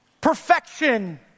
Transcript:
perfection